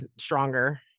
stronger